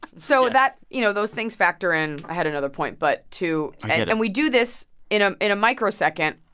so that you know, those things factor in. i had another point. but to and we do this in ah in a microsecond.